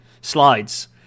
slides